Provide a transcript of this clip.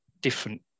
different